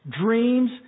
dreams